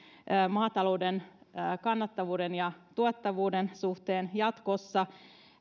maatalouden kannattavuuden ja tuottavuuden suhteen jatkossa